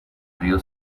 río